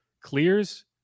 clears